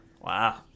Wow